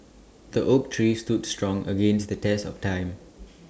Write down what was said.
the oak tree stood strong against the test of time